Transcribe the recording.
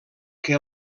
que